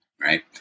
right